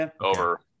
over